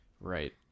Right